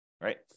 Right